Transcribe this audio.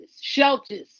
shelters